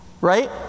right